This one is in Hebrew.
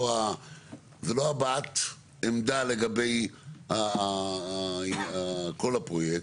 זה לא הבעת עמדה לגבי כל הפרויקט.